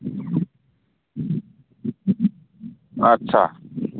आस्सा